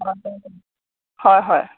হয় হয়